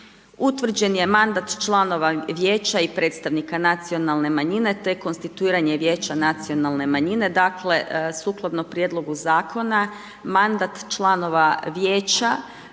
Utvrđen je mandat članova vijeća i predstavnika nacionalne manjine te konstituiranje vijeća nacionalne manjine, dakle sukladno prijedlogu zakona, mandat članova vijeća